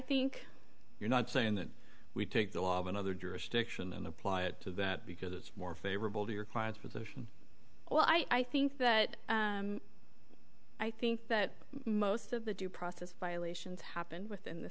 think you're not saying that we take the law of another jurisdiction and apply it to that because it's more favorable to your client's position well i think that i think that most of the due process violations happen within the